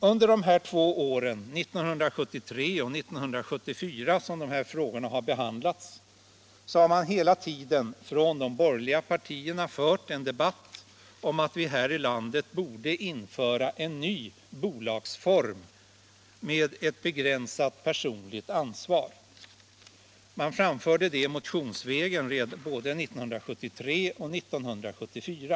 Under 1973 och 1974 har man hela tiden från de borgerliga partiernas sida fört en debatt om att vi här i landet borde införa en ny bolagsform med ett begränsat personligt ansvar. Man framförde det motionsvägen både 1973 och 1974.